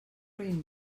roín